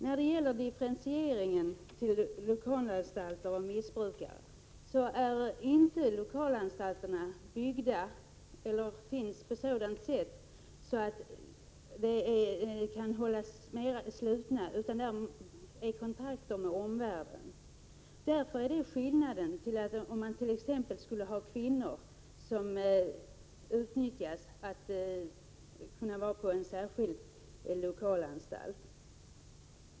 När det gäller differentieringen av missbrukare på lokalanstalter vill jag påpeka att lokalanstalterna inte är byggda på ett sådant sätt att de kan hållas slutna, utan de har kontakter med omvärlden. Skillnaden är att kvinnor som utnyttjas kunde placeras på en särskild lokalanstalt.